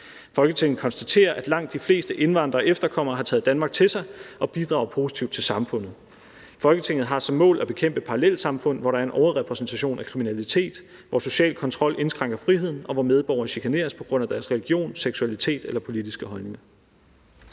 Folketinget konstaterer, at langt de fleste indvandrere og efterkommere har taget Danmark til sig og bidrager positivt til samfundet. Folketinget har som mål at bekæmpe parallelsamfund, hvor der er en overrepræsentation af kriminalitet, hvor social kontrol indskrænker friheden, og hvor medborgere chikaneres på grund af deres religion, seksualitet eller politiske holdninger.«